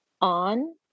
on